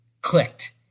clicked